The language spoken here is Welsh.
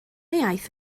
iaith